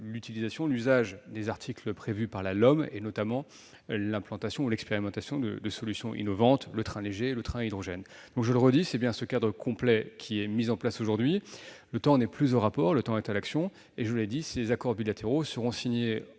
utilisés les articles de la LOM prévoyant notamment l'implantation ou l'expérimentation de solutions innovantes, comme le train léger ou le train hydrogène. Je le redis, c'est bien ce cadre complet qui est mis en place aujourd'hui. Le temps n'est plus aux rapports ; le temps est à l'action. Ces accords bilatéraux seront signés,